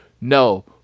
No